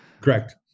Correct